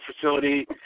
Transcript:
facility